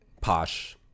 posh